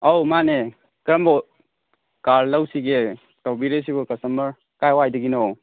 ꯑꯧ ꯃꯥꯟꯅꯦ ꯀꯔꯝꯕ ꯀꯥꯔ ꯂꯧꯁꯤꯒꯦ ꯇꯧꯕꯤꯔꯤꯁꯤꯕꯨ ꯀꯁꯇꯃꯔ ꯀꯗꯥꯏ ꯋꯥꯏꯗꯒꯤꯅꯣ